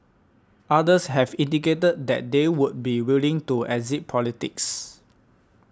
others have indicated that they would be willing to exit politics